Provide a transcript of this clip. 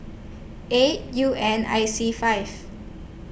eight U N I C five